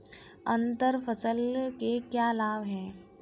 अंतर फसल के क्या लाभ हैं?